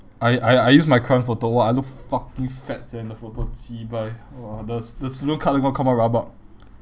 I I I use my current photo !wah! I look fucking fat sia in the photo cheebye !wah! the the student card going to come out rabak